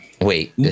wait